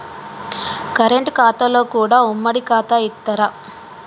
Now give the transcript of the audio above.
Current ఖాతాలో కూడా ఉమ్మడి ఖాతా ఇత్తరా?